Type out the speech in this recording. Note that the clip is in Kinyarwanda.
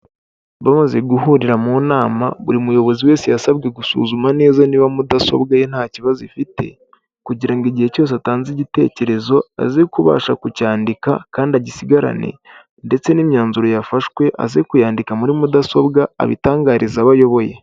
Bamaze guhurira mu nama buri muyobozi wese yasabwe gusuzuma neza niba mudasobwa ye nta kibazo ifite, kugira ngo igihe cyose atanze igitekerezo aze kubasha kucyandika kandi agisigarane ndetse n'imyanzuro yafashwe aze kuyandika muri mudasobwa abitangariza abo ayoboye.